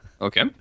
Okay